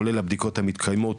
כולל הבדיקות המתקיימות